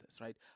right